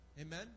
Amen